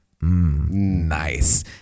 Nice